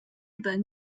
日本